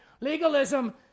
legalism